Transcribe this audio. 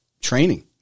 training